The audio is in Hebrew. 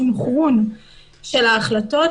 סנכרון של ההחלטות.